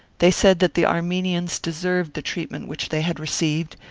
they said that the armenians deserved the treatment which they had received,